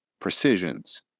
precisions